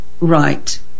Right